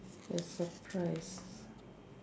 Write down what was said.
there's surprise